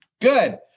Good